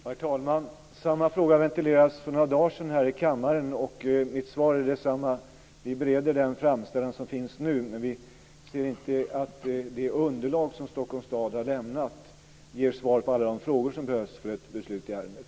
Herr talman! Samma fråga ventilerades för några dagar sedan här i kammaren, och mitt svar är detsamma: Vi bereder nu den framställning som finns, men vi ser inte att det underlag som Stockholms stad har lämnat ger svar på alla de frågor som behövs för ett beslut i ärendet.